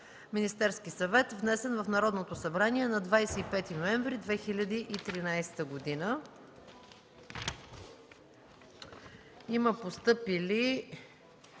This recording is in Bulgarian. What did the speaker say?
Министерският съвет. Внесен е в Народното събрание на 25 ноември 2013 г. Има постъпили